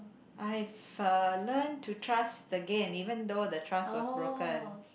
I've uh learnt to trust again even though the trust was broken